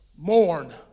Mourn